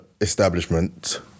establishment